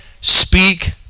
speak